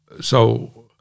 So-